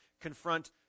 confront